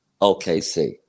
OKC